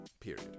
Period